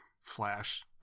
Flash